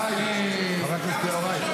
די, חבר הכנסת יוראי.